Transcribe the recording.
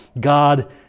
God